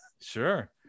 Sure